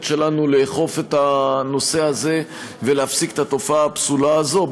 שלנו לאכוף את הנושא הזה ולהפסיק את התופעה הפסולה הזו.